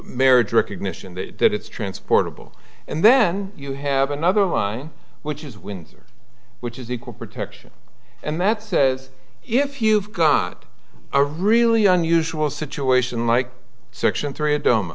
marriage recognition that it's transportable and then you have another line which is windsor which is equal protection and that says if you've got a really unusual situation like section three